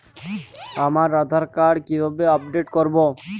আমার আধার কার্ড কিভাবে আপডেট করব?